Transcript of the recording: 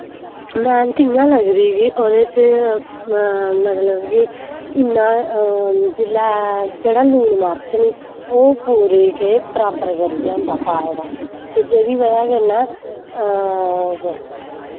मैंहनत इ'यां लगदी कि ओह्दे च मतलब कि इन्ना नजिल्लै जेह्ड़ा लून मर्च निं ओह् पूरी केह् बराबर करियै होंदा पाए दा ते जेह्दी वजह कन्नै